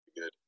good